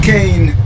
Kane